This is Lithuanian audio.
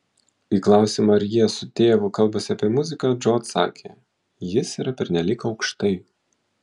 į klausimą ar jie su tėvu kalbasi apie muziką džo atsakė jis yra pernelyg aukštai